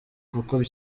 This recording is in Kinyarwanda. kuko